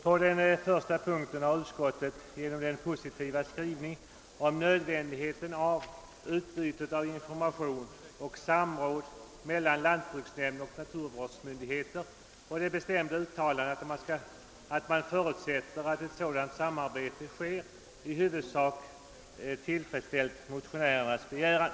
På den första punkten har utskottet, genom den positiva skrivningen om nödvändigheten av utbyte av information och samråd mellan lantbruksnämnder och naturvårdsmyndigheter samt det bestämda uttalandet att man förutsätter att ett sådant samarbete sker, i huvudsak tillgodosett motionärernas begäran.